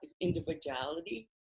individuality